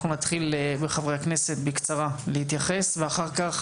אנחנו נתחיל עם חברי הכנסת, בקצרה להתייחס ואחר כך